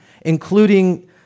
including